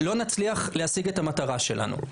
לא נצליח להשיג את המטרה שלנו.